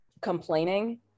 complaining